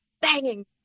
banging